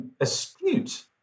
astute